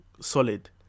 solid